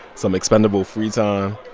some expendable free time.